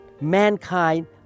mankind